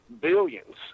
billions